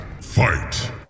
fight